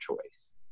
choice